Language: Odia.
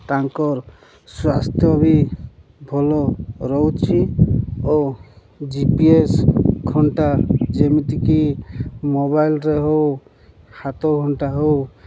ତାଙ୍କର୍ ସ୍ୱାସ୍ଥ୍ୟ ବି ଭଲ ରହୁଛି ଓ ଜିପିଏସ୍ ଘଣ୍ଟା ଯେମିତିକି ମୋବାଇଲରେ ହଉ ହାତ ଘଣ୍ଟା ହଉ